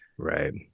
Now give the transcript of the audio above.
Right